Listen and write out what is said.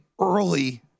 early